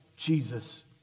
Jesus